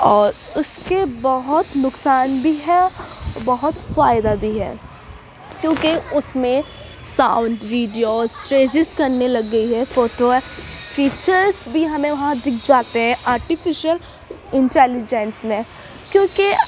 اور اس کے بہت نقصان بھی ہے بہت فائدہ بھی ہے کیوں کہ اس میں ساؤنڈ ویڈیوز ٹریزس کرنے لگ گئے ہیں فوٹو فیچرس بھی ہمیں وہاں دکھ جاتے ہیں آرٹیفیسیل انٹیلیجنس میں کیونکہ